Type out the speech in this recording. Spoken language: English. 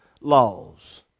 laws